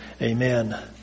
Amen